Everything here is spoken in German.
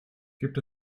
gibt